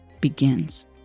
begins